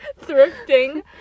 Thrifting